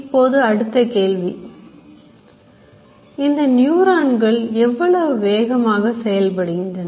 இப்போது அடுத்த கேள்வி இந்த நியூரான்கள் எவ்வளவு வேகமாக செயல்படுகின்றன